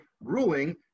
ruling